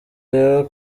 rero